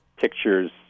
pictures